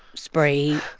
sprayed.